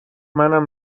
منم